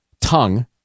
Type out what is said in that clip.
tongue